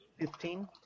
Fifteen